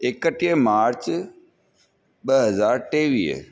एकटीह मार्च ॿ हज़ार टेवीह